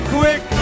quick